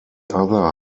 other